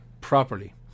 properly